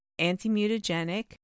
antimutagenic